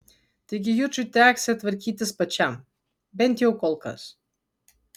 taigi jučui teksią tvarkytis pačiam bent jau kol kas